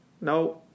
no